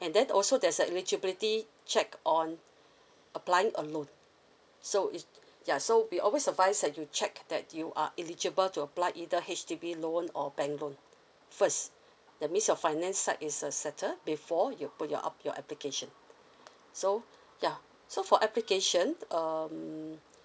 and then also there's a eligibility check on applying a loan so is ya so we always advice that you check that you are eligible to apply either H_D_B loan or bank loan first that means your finance side is uh settled before you put your up your application so yeah so for applications um